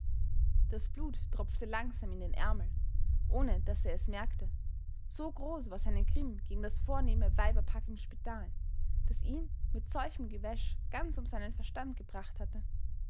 das blut tropfte langsam in den ärmel ohne daß er es merkte so groß war sein grimm gegen das vornehme weiberpack im spital das ihn mit solchem gewäsch ganz um seinen verstand gebracht hatte